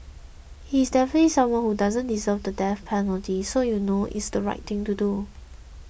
he is definitely someone who doesn't deserve the death penalty so you know it's the right thing to do